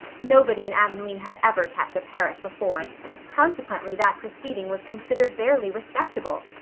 nobody in avonlea had ever kept a parrot before consequently that proceeding was considered barely respectable.